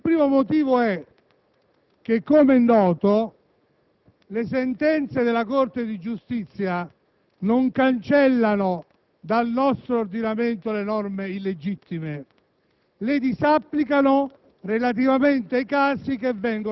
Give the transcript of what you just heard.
di segnalarlo ai colleghi qui in Aula. In primo luogo - com'è noto - le sentenze della Corte di giustizia non cancellano dal nostro ordinamento le norme illegittime,